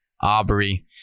Aubrey